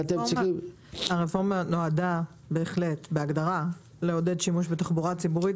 הרפורמה נועדה לעודד שימוש בתחבורה ציבורית.